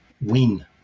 Win